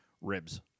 Ribs